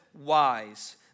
wise